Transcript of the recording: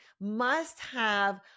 must-have